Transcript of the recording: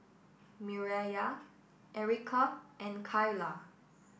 Mireya Erika and Kaila